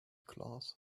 class